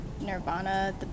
Nirvana